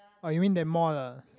oh you mean that mall lah